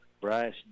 Bryce